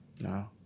No